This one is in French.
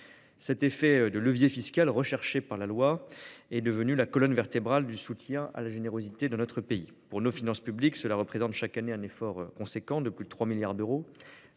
L'effet de levier fiscal recherché par la loi Aillagon est devenu la colonne vertébrale du soutien à la générosité dans notre pays. Pour nos finances publiques, cela représente chaque année un effort important de plus de 3 milliards d'euros